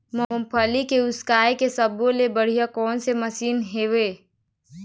मूंगफली के उसकाय के सब्बो ले बढ़िया कोन सा मशीन हेवय?